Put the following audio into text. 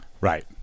Right